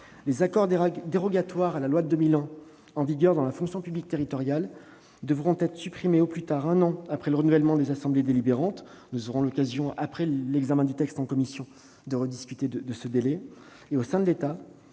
Les accords dérogatoires à la loi de 2001 en vigueur dans la fonction publique territoriale devront être supprimés au plus tard un an après le renouvellement des assemblées délibérantes. Nous aurons l'occasion de rediscuter de ce délai. Au sein de l'État,